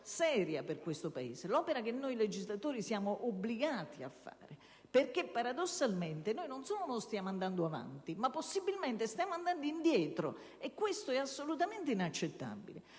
seria per il Paese. È l'opera che noi legislatori siamo obbligati a fare, perché paradossalmente non solo non stiamo andando avanti, ma possibilmente stiamo andando indietro e questo è assolutamente inaccettabile.